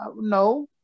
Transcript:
No